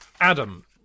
Adam